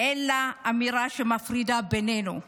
אלא כל אמירה שמפרידה בינינו.